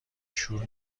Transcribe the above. شور